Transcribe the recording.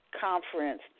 conference